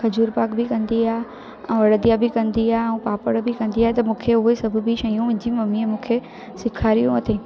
खजूर पाक बि कंदी आहे ऐं अड़दिया बि कंदी आहे ऐं पापड़ बि कंदी आहे त मूंखे उए सभ बि शयूं मुंहिंजी ममीअ मूंखे सेखारियो अथई